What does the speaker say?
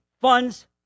funds